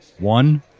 one